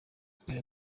kubera